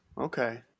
Okay